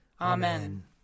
Amen